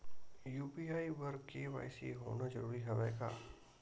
UPI बर KYC होना जरूरी हवय का?